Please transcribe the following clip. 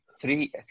three